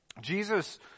Jesus